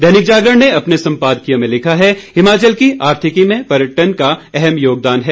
दैनिक जागरण ने अपने संपादकीय में लिखा है हिमाचल की आर्थिकी में पर्यटन का अहम योगदान है